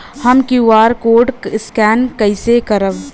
हम QR code scan कइसे करब?